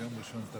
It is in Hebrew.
כי